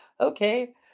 okay